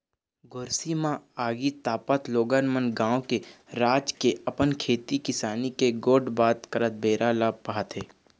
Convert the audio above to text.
गोरसी म आगी तापत लोगन मन गाँव के, राज के, अपन खेती किसानी के गोठ बात करत बेरा ल पहाथे